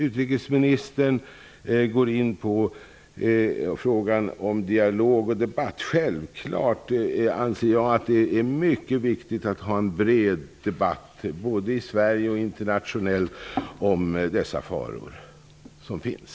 Utrikesministern gick in på frågan om dialog och debatt. Självklart anser jag att det är mycket viktigt att ha en bred debatt både i Sverige och internationellt om de faror som finns.